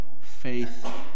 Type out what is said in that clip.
faith